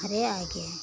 घरे आ गए हैं